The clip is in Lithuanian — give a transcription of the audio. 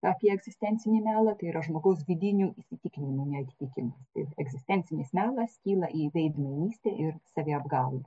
apie egzistencinį melą tėai yra žmogaus vidinių įsitikinimų neatitikimas ir egzistencinis melas skyla į veidmainystę ir saviapgaulę